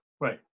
Right